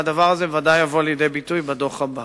והדבר ודאי יבוא לידי ביטוי בדוח הבא.